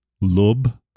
lub